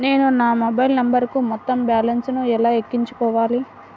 నేను నా మొబైల్ నంబరుకు మొత్తం బాలన్స్ ను ఎలా ఎక్కించుకోవాలి?